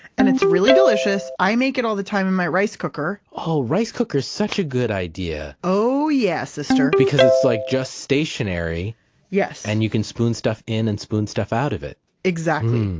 and it's really delicious. i make it all the time in my rice cooker oh, rice cooker's such a good idea oh, yeah sister because it's like just a stationary yes and you can spoon stuff in and spoon stuff out of it exactly.